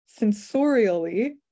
sensorially